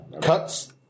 cuts